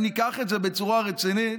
אם ניקח את זה בצורה רצינית,